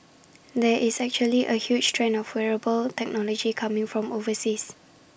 there is actually A huge trend of wearable technology coming from overseas